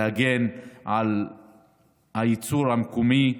להגן על הייצור המקומי,